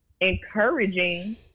encouraging